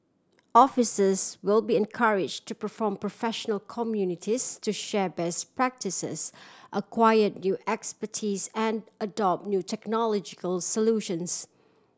officers will be encourage to perform professional communities to share best practices acquire new expertise and adopt new technological solutions